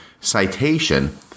citation